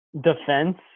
defense